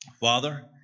Father